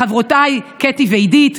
לחברותיי קטי ועידית,